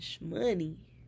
money